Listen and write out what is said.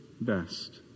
best